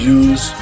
use